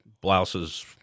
blouses